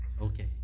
Okay